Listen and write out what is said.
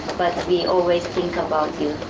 but we always think about you.